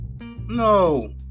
No